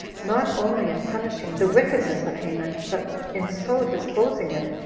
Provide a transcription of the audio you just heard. not only in punishing the wickedness of haman, but in so disposing it,